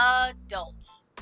adults